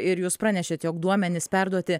ir jūs pranešėt jog duomenys perduoti